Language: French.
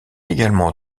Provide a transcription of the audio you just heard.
également